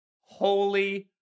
Holy